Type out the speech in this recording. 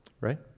right